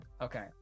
Okay